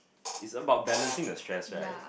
it's about balancing the stress right